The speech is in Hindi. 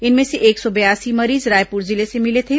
इनमें से एक सौ बयासी मरीज रायपुर जिले से मिले थे